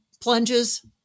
plunges